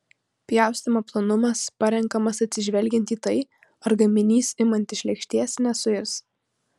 pjaustymo plonumas parenkamas atsižvelgiant į tai ar gaminys imant iš lėkštės nesuirs